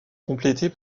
complété